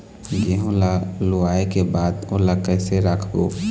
गेहूं ला लुवाऐ के बाद ओला कइसे राखबो?